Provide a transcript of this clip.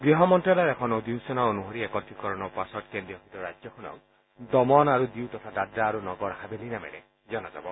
গৃহমন্ত্যালয়ৰ এখন অধিসূচনা অনুসৰি একত্ৰীকৰণৰ পাছত কেন্দ্ৰীয় শাসিত ৰাজ্যখনক দমন আৰু ডিউ তথা দাদ্ৰা আৰু নগৰ হাবেলী নামেৰে জনা যাব